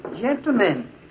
Gentlemen